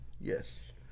Yes